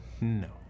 No